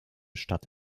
stadt